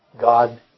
God